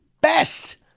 best